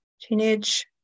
teenage